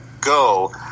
Go